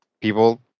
people